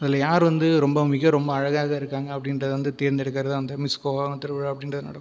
அதில் யார் வந்து ரொம்ப மிக ரொம்ப அழகாக இருக்காங்க அப்படின்றத வந்து தேர்ந்தெடுக்கிறதுதான் வந்து மிஸ் கூவாகம் திருவிழா அப்படின்றது நடக்கும்